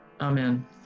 Amen